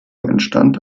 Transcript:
entstand